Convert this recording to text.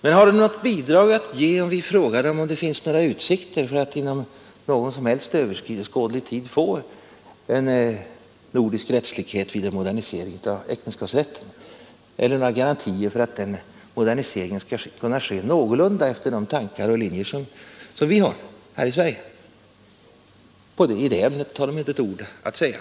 Men har moderaterna något bidrag att ge, om vi frågar dem huruvida det finns några utsikter till att inom överskådlig tid få en nordisk rättslikhet vid en modernisering av äktenskapsrätten eller några garantier för att den moderniseringen skall kunna ske någorlunda efter de tankar och linjer som vi har här i Sverige? Nej, i det ämnet har de inte ett ord att säga.